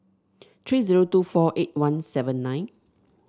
three zero two four eight one seven nine